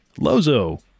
Lozo